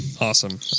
Awesome